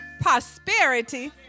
prosperity